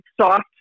soft